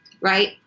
right